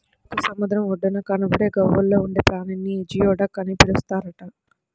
మనకు సముద్రం ఒడ్డున కనబడే గవ్వల్లో ఉండే ప్రాణిని జియోడక్ అని పిలుస్తారట